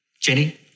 Jenny